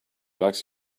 likes